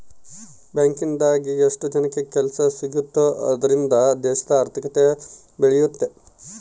bank ಇಂದಾಗಿ ಎಷ್ಟೋ ಜನಕ್ಕೆ ಕೆಲ್ಸ ಸಿಗುತ್ತ್ ಅದ್ರಿಂದ ದೇಶದ ಆರ್ಥಿಕತೆ ಬೆಳಿಯುತ್ತೆ